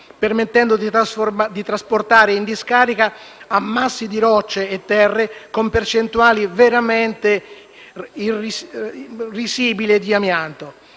permettendo di trasportare in discarica ammassi di rocce e terre con percentuali veramente risibili di amianto.